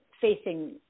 facing